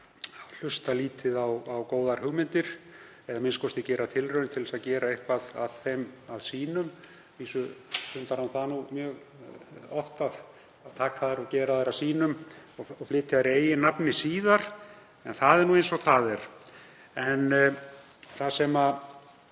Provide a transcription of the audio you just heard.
að hlusta lítið á góðar hugmyndir eða a.m.k. að gera tilraun til að gera eitthvað af þeim að sínum. Að vísu stundar hún það mjög oft að taka þær og gera þær að sínum og flytja í eigin nafni síðar. En það er nú eins og það er. Það sem ég